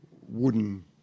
wooden